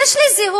יש לי זהות,